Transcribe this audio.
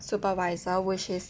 supervisor which is